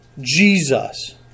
Jesus